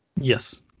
Yes